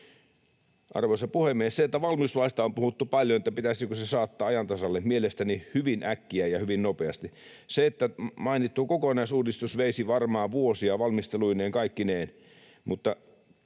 Arvoisa puhemies! Valmiuslaista on puhuttu paljon, että pitäisikö se saattaa ajan tasalle — mielestäni hyvin äkkiä ja hyvin nopeasti. Mainittu kokonaisuudistus veisi varmaan vuosia valmisteluineen kaikkineen,